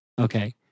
Okay